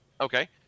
Okay